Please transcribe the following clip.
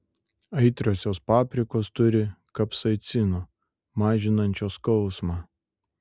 aitriosios paprikos turi kapsaicino mažinančio skausmą